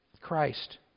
Christ